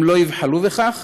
הם לא יבחלו בכך,